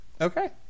Okay